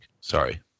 Sorry